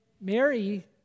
Mary